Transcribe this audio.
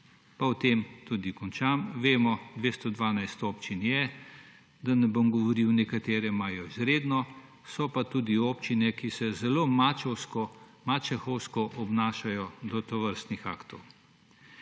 Pa o tem tudi končam. Vemo, 212 občin je, da ne bom govoril, nekatere imajo izredno, so pa tudi občine, ki se zelo mačehovsko obnašajo do tovrstnih aktov.